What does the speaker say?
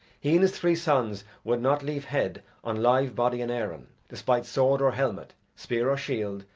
he and his three sons would not leave head on live body in erin despite sword or helmet, spear or shield,